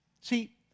See